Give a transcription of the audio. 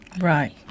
Right